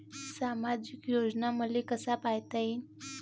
सामाजिक योजना मले कसा पायता येईन?